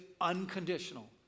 unconditional